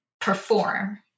perform